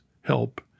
help